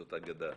זאת אגדה.